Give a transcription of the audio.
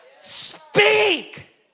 Speak